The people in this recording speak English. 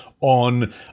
on